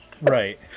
right